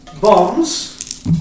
Bombs